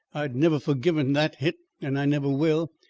i've never forgiven that hit, and i never will.